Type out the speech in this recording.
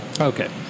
Okay